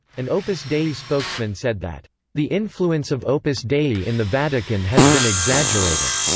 an opus dei spokesman said that the influence of opus dei in the vatican has been exaggerated.